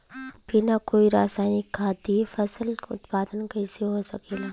बिना कोई रसायनिक खाद दिए फसल उत्पादन कइसे हो सकेला?